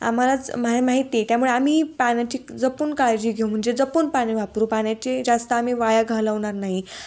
आम्हालाच मा माहिती त्यामुळे आम्ही पाण्याची जपून काळजी घेऊ म्हणजे जपून पाणी वापरू पाण्याची जास्त आम्ही वाया घालवणार नाही